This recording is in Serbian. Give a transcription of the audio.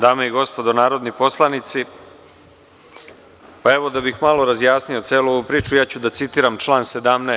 Dame i gospodo narodni poslanici, da bih malo razjasnio celu ovu priču ja ću da citiram član 17.